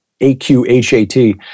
A-Q-H-A-T